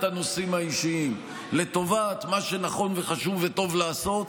הנושאים האישיים לטובת מה שנכון וחשוב וטוב לעשות.